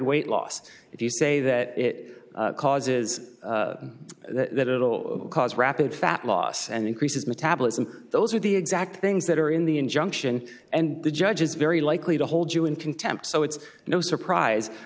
weight loss if you say that it causes that it will cause rapid fat loss and increases metabolism those are the exact things that are in the injunction and the judge is very likely to hold you in contempt so it's no surprise